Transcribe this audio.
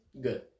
good